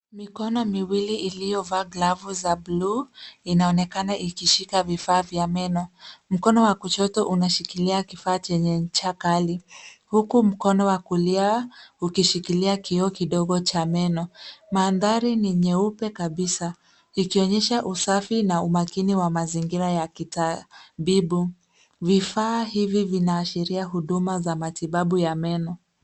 Mikono miwili iliyovaa glavu za bluu inaonekana ikishika vifaa vya meno. Mkono wa kushoto unashikilia kifaa chenye ncha kali huku mkono wa kulia ukishikilia kioo kidogo cha meno. Mandhari ni nyeupe kabisa ikionyesha usafi na umakini wa mazingira ya kitabibu. Vifaa hivi vinaashiria huduma za matibabu ya meno.